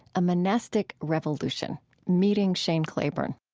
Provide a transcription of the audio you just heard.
a monastic revolution meeting shane claiborne.